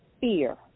fear